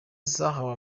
zahawe